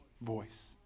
voice